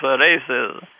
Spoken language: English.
races